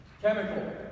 Chemical